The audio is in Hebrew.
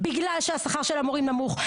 בגלל שהשכר של המורים נמוך.